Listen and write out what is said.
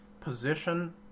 position